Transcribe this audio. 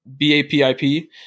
BAPIP